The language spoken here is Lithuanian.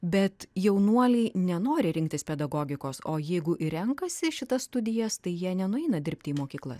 bet jaunuoliai nenori rinktis pedagogikos o jeigu ir renkasi šitas studijas tai jie nenueina dirbti į mokyklas